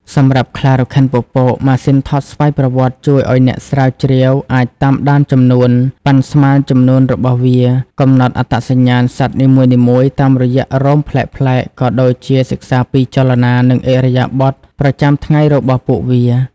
សម្រាប់ខ្លារខិនពពក ម៉ាស៊ីនថតស្វ័យប្រវត្តិជួយឲ្យអ្នកស្រាវជ្រាវអាច តាមដានចំនួន ប៉ាន់ស្មានចំនួនរបស់ពួកវា កំណត់អត្តសញ្ញាណសត្វនីមួយៗតាមរយៈរោមប្លែកៗ ក៏ដូចជាសិក្សាពី ចលនា និងឥរិយាបថ ប្រចាំថ្ងៃរបស់ពួកវា។